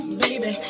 baby